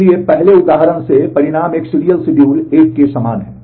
इसलिए पहले उदाहरण से परिणाम एक सीरियल शेड्यूल एक के समान है